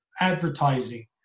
advertising